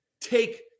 take